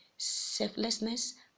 Selflessness